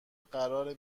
قراره